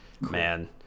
man